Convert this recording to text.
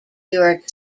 york